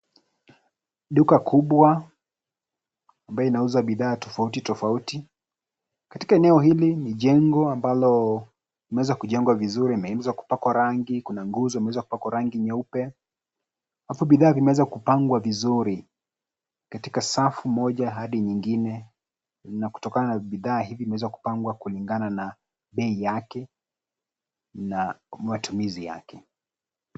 Duka kubwa ambayo inauza bidhaa tofauti tofauti. Katika eneo hili ni jengo ambalo linaeza kujengwa vizuri imeweza kupakwa rangi kuna nguzo imeweza kupakwa rangi nyeupe . Alafu bidhaa zimeweza kupangwa vizuri . Katika safu moja hadi nyingine na kutokana na bidhaa hivi zimeweza kupangwa kulingana na bei yake na matumizi yake.